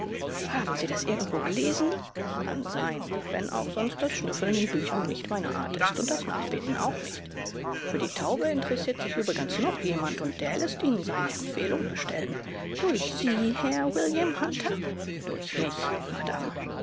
haben sie das irgendwo gelesen kann sein wenn auch sonst das schnüffeln in büchern nicht meine art ist und das nachbeten auch nicht für die taube interessiert sich übrigens noch jemand und der läßt ihnen seine empfehlung bestellen durch sie herr william hunter durch mich madame